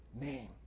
name